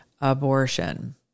Abortion